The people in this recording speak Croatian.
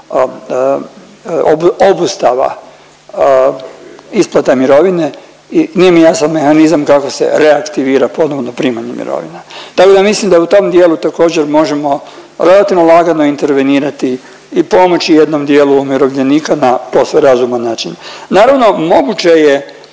obustava isplate mirovine i nije mi jasan mehanizam kako se reaktivira ponovno primanje mirovina. Tako da mislim da u tom dijelu također možemo relativno lagano intervenirati i pomoći jednom dijelu umirovljenika na posve razuman način. Naravno moguće je,